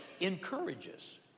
encourages